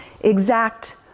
exact